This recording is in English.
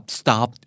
stop